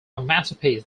masterpiece